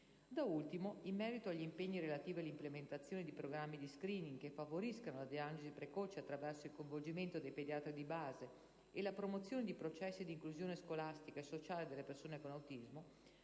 Da ultimo, in merito agli impegni relativi all'implementazione di programmi di *screening* che favoriscano la diagnosi precoce attraverso il coinvolgimento dei pediatri di base e la promozione di processi di inclusione scolastica e sociale delle persone con autismo,